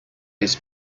his